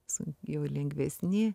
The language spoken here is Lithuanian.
su jau lengvesni